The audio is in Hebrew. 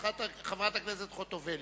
חברת הכנסת חוטובלי.